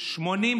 שכחתי להזכיר.